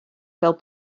fel